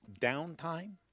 downtime